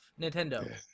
Nintendo